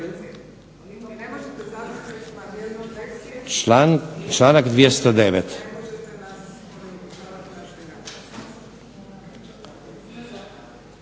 Članak 209.